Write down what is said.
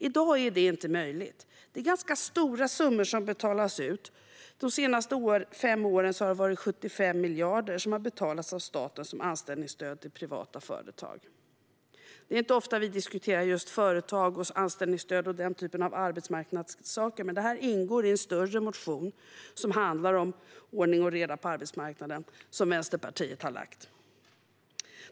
I dag är det inte möjligt. Det är ganska stora summor som betalas ut - de senaste fem åren har 75 miljarder betalats ut av staten som anställningsstöd till privata företag. Det är inte ofta vi i KU diskuterar just företag, anställningsstöd och den typen av arbetsmarknadsfrågor, men det här ingår i en större motion om ordning och reda på arbetsmarknaden som Vänsterpartiet har lagt fram.